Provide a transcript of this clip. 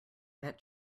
that